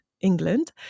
England